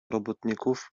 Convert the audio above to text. robotników